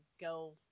go